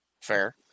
Fair